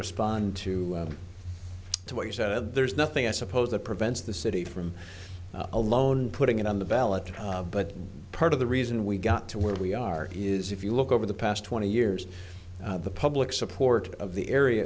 respond to what you said there is nothing i suppose that prevents the city from alone putting it on the ballot but part of the reason we got to where we are is if you look over the past twenty years the public support of the area